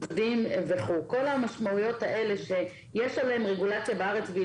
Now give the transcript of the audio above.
כל המשמעויות הללו שיש עליהן רגולציה בארץ והיא